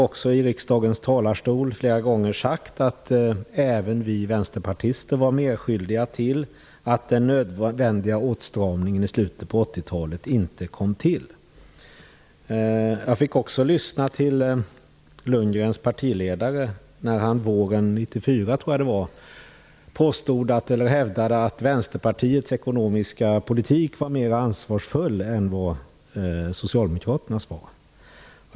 Jag har i riksdagens talarstol flera gånger sagt att även vi vänsterpartister var medskyldiga till att den nödvändiga åtstramningen i slutet av 1980 talet inte kom till. Jag fick också lyssna till Bo Lundgrens partiledare när han, våren 1994 tror jag att det var, hävdade att Vänsterpartiets ekonomiska politik var mer ansvarsfull än vad Socialdemokraternas var.